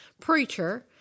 preacher